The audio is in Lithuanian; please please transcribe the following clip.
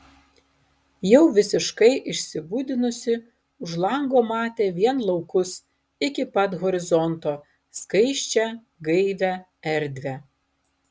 jau visiškai išsibudinusi už lango matė vien laukus iki pat horizonto skaisčią gaivią erdvę